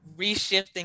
reshifting